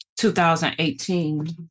2018